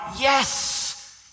Yes